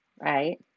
right